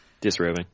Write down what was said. Disrobing